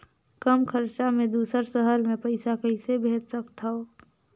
कम खरचा मे दुसर शहर मे पईसा कइसे भेज सकथव?